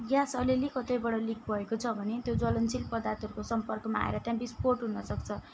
gas अलि अलि कतैबाट लिक भएको छ भने त्यो ज्वलनशील पदार्थको सम्पर्कमा आएर त्यहाँ बिस्फोट हुनसक्छ